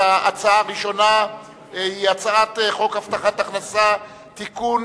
ההצעה הראשונה היא הצעת חוק הבטחת הכנסה (תיקון,